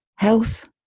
health